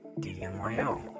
DMYO